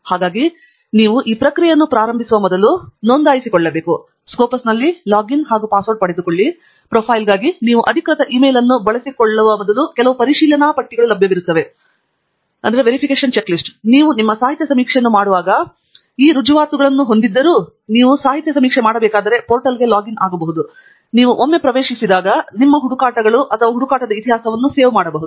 ಹಾಗಾಗಿ ನೀವು ಪ್ರಕ್ರಿಯೆಯನ್ನು ಪ್ರಾರಂಭಿಸುವ ಮೊದಲು ನಿಮ್ಮನ್ನು ನೋಂದಾಯಿಸಿಕೊಳ್ಳಬಹುದು ಸ್ಕೊಪಸ್ನಲ್ಲಿ ಲಾಗಿನ್ ಮತ್ತು ಪಾಸ್ವರ್ಡ್ ಪಡೆದುಕೊಳ್ಳಿ ಮತ್ತು ಪ್ರೊಫೈಲ್ಗಾಗಿ ನೀವು ಅಧಿಕೃತ ಇಮೇಲ್ ಅನ್ನು ಬಳಸಿಕೊಳ್ಳುವ ಮೊದಲು ಕೆಲವು ಪರಿಶೀಲನಾ ಪಟ್ಟಿಗಳು ಲಭ್ಯವಿರುತ್ತವೆ ಆದ್ದರಿಂದ ನೀವು ನಿಮ್ಮ ನಿಮ್ಮ ಸಾಹಿತ್ಯ ಸಮೀಕ್ಷೆಯನ್ನು ಮಾಡುವಾಗ ಮತ್ತು ಈ ರುಜುವಾತುಗಳನ್ನು HANDY ಹೊಂದಿದ್ದರೂ ನೀವು ಸಾಹಿತ್ಯಕ್ಕೆ ಸಮೀಕ್ಷೆ ಮಾಡಬೇಕಾದರೆ ಪೋರ್ಟಲ್ಗೆ ಲಾಗಿನ್ ಆಗಬಹುದು ಮತ್ತು ಒಮ್ಮೆ ನೀವು ಪ್ರವೇಶಿಸಿದಾಗ ನಿಮ್ಮ ಹುಡುಕಾಟಗಳು ಮತ್ತು ಹುಡುಕಾಟ ಇತಿಹಾಸವನ್ನು ಉಳಿಸಬಹುದು